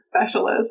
specialist